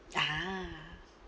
ah